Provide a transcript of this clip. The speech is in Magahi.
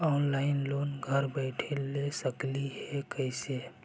ऑनलाइन लोन घर बैठे ले सकली हे, कैसे?